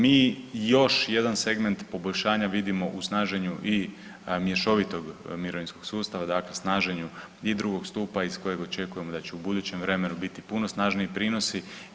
Mi još jedan segment poboljšanja vidimo u snaženju i mješovitog mirovinskog sustava, dakle snaženju i drugog stupa iz kojeg očekujemo da će u budućem vremenu biti puno snažniji prinosi.